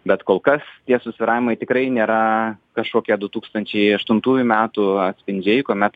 bet kol kas tie susvyravimai tikrai nėra kažkokie du tūkstančiai aštuntųjų metų atspindžiai kuomet